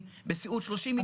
בסיעוד 30 מיליון שקל.